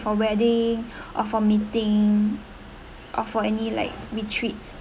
for wedding or for meeting or for any like retreats